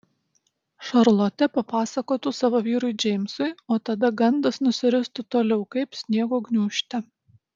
šarlotė papasakotų savo vyrui džeimsui o tada gandas nusiristų toliau kaip sniego gniūžtė